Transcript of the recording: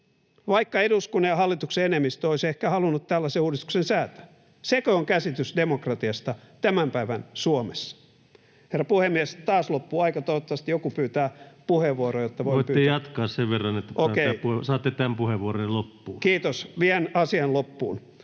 vaikka eduskunnan ja hallituksen enemmistö olisi ehkä halunnut tällaisen uudistuksen säätää? Sekö on käsitys demokratiasta tämän päivän Suomessa? Herra puhemies! Taas loppuu aika. Toivottavasti joku pyytää puheenvuoroa, jotta voin... Okei, kiitos. Vien asian loppuun.